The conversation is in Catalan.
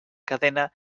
cadena